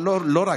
אבל לא רק,